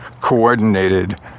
Coordinated